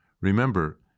Remember